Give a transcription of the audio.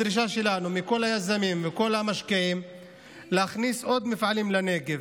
הדרישה שלנו מכל היזמים ומכל המשקיעים היא להכניס עוד מפעלים לנגב.